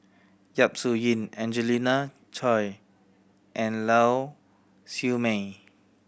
Yap Su Yin Angelina Choy and Lau Siew Mei